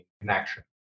connection